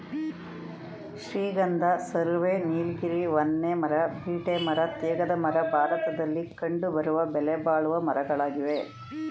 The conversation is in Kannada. ಶ್ರೀಗಂಧ, ಸರ್ವೆ, ನೀಲಗಿರಿ, ಹೊನ್ನೆ ಮರ, ಬೀಟೆ ಮರ, ತೇಗದ ಮರ ಭಾರತದಲ್ಲಿ ಕಂಡುಬರುವ ಬೆಲೆಬಾಳುವ ಮರಗಳಾಗಿವೆ